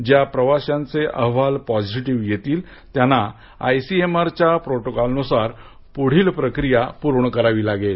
ज्या प्रवाशांचे अहवाल पॉझिटिव्ह येतील त्यांना आयसीएमआरच्या पोटोकॉलनुसार पुढील प्रक्रिया पूर्ण करावं लागेल